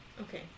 okay